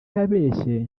yabeshye